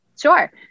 Sure